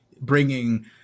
bringing